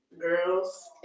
girls